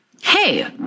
hey